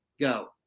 Go